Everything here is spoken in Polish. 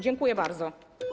Dziękuję bardzo.